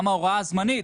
גם ההוראה הזמנית,